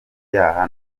byaha